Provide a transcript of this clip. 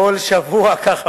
כל שבוע ככה,